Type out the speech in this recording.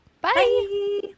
Bye